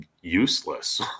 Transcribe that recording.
useless